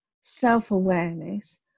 self-awareness